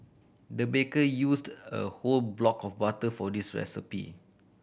the baker used a whole block of butter for this recipe